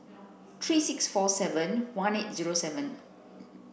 three six four seven one eight zero seven